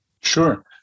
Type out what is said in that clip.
Sure